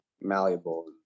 malleable